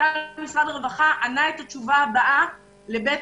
מנכ"ל משרד הרווחה ענה את התשובה הבאה לבית